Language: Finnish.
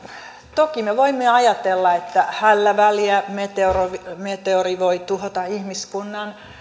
toki me voimme ajatella että hällä väliä meteori meteori voi tuhota ihmiskunnan